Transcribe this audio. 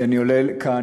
כשאני עולה לכאן,